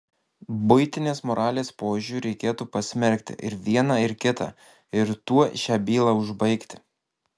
buitinės moralės požiūriu reikėtų pasmerkti ir vieną ir kitą ir tuo šią bylą užbaigti